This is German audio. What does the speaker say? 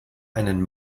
einen